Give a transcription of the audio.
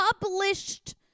published